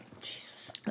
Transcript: Jesus